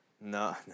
No